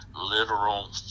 literal